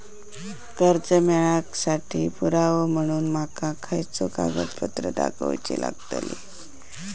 कर्जा मेळाक साठी पुरावो म्हणून माका खयचो कागदपत्र दाखवुची लागतली?